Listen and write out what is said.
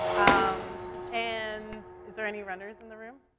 um, and, is there any runners in the room?